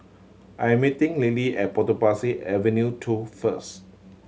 I'm meeting Lilly at Potong Pasir Avenue Two first